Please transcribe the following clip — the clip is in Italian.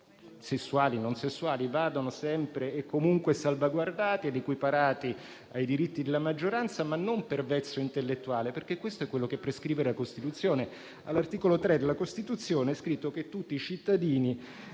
sessuali o non sessuali - vadano sempre e comunque salvaguardati ed equiparati ai diritti della maggioranza, ma non per vezzo intellettuale, ma perché questo è quello che prescrive la Costituzione. All'articolo 3 della Costituzione è scritto che «Tutti i cittadini